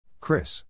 Chris